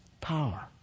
power